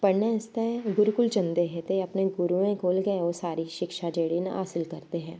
पढ़ने आस्तै गुरूकुल जंदे हे ते अपने गुरुएं कोल गै ओह् सारी शिक्षा जेह्ड़ी न हासल करदे हे